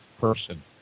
person